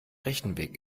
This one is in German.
rechenweg